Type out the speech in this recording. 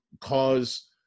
cause